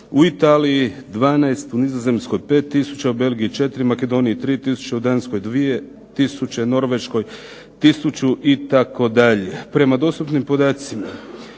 u Italiji 12, u Nizozemskoj 5000, u Belgiji 4, Makedoniji 3000, u Danskoj 2000, Norveškoj 1000 itd. Prema dostupnim podacima